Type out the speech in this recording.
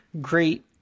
great